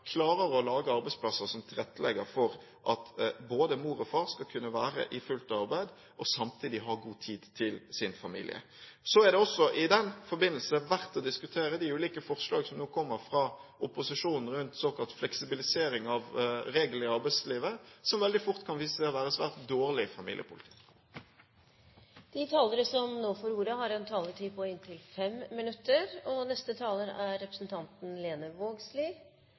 å lage arbeidsplasser som tilrettelegger for at både mor og far skal kunne være i fullt arbeid og samtidig ha god tid til sin familie. I den forbindelse er det også verdt å diskutere de ulike forslag som nå kommer fra opposisjonen rundt såkalt fleksibilisering av reglene i arbeidslivet, som veldig fort kan vise seg å være svært dårlig familiepolitikk. Eg vil starte med å takke interpellanten for å ta opp eit kjempeviktig tema. Eg er